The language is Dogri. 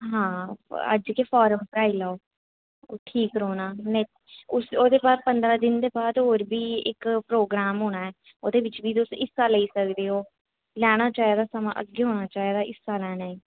हां अज्ज गै फार्म भराई लैओ ओह् ठीक रौह्ना नेईं उस ओह्दे बाद पंदरां दिन दे बाद होर बी इक प्रोग्राम होना ऐ ओह्दे बिच्च बी तुस हिस्सा लेई सकदे ओ लैना चाहिदा समां अग्गें होना चाहिदा हिस्सा लैने ई